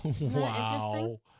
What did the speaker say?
Wow